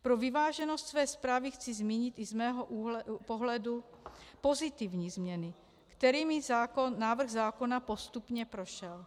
Pro vyváženost své zprávy chci zmínit i z mého pohledu pozitivní změny, kterými návrh zákona postupně prošel.